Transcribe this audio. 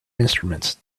instruments